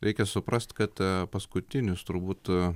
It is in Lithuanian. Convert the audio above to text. reikia suprast kad paskutinius turbūt